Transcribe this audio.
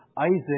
Isaac